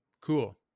Cool